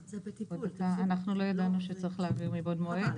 אנחנו מדברים לא רק על איפור אלא גם על סבונים,